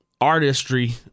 artistry